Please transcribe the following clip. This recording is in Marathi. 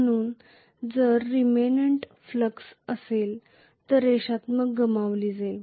म्हणून जर रीमेनंन्ट फ्लक्स असेल तर रेषात्मकता गमावली जाईल